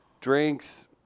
drinks